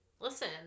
Listen